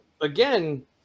again